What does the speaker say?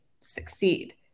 succeed